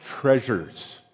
treasures